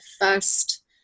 first